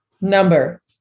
number